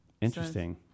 Interesting